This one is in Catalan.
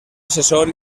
assessor